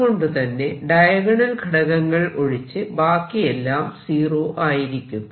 അതുകൊണ്ടു തന്നെ ഡയഗണൽ ഘടകങ്ങൾ ഒഴിച്ച് ബാക്കിയെല്ലാം 0 ആയിരിക്കും